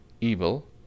evil